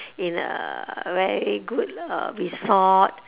in a very good uh resort